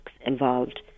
involved